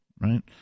right